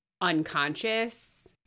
unconscious